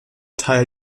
teil